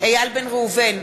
איל בן ראובן,